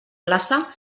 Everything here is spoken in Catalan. classe